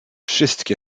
wszystkie